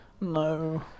No